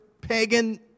pagan